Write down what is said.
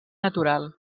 natural